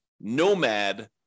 nomad